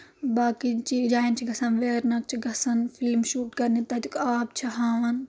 باقٕے چیٖز جایَن چھِ گژھان ویرناگ چھِ گژھان فِلم شوٗٹ کَرنہِ تَتیُک آب چھِ ہاوان